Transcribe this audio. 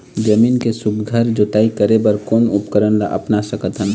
जमीन के सुघ्घर जोताई करे बर कोन उपकरण ला अपना सकथन?